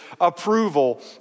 approval